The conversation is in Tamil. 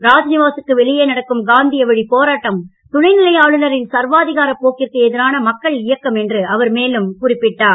ராஜ்நிவாசுக்கு வெளியே நடக்கும் காந்திய வழிப் போராட்டம் துணைநிலை ஆளுநரின் சர்வாதிகாரப் போக்கிற்கு எதிரான மக்கள் இயக்கம் என்று அவர் மேலும் குறிப்பிட்டார்